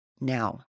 now